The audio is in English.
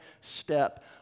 step